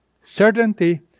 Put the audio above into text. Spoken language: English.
certainty